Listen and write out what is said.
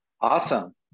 awesome